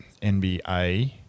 NBA